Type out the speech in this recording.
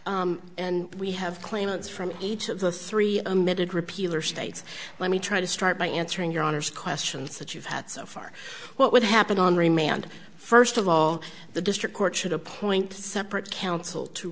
all and we have claimants from each of the three amid repeal or state's let me try to start by answering your honour's questions that you've had so far what would happen on remand first of all the district court should appoint a separate counsel to